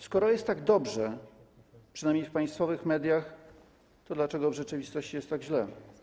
Skoro jest tak dobrze, przynajmniej w państwowych mediach, to dlaczego w rzeczywistości jest tak źle?